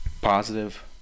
positive